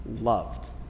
loved